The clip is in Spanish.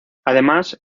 además